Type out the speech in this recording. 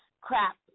Crap